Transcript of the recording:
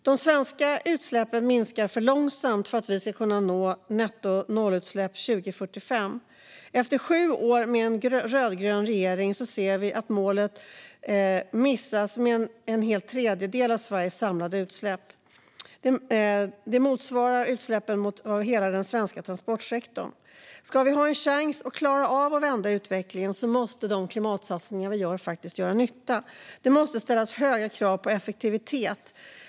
De svenska utsläppen minskar för långsamt för att vi ska kunna nå målet om nettonollutsläpp 2045. Efter sju år med en rödgrön regering ser målet ut att missas med så mycket som en tredjedel av Sveriges samlade utsläpp. Det motsvarar utsläppen från hela den svenska transportsektorn. Ska vi ha en chans att klara av att vända utvecklingen måste de klimatsatsningar vi gör faktiskt göra nytta. Det måste ställas höga krav på effektivitet.